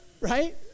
right